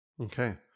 Okay